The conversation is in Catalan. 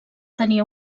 tenia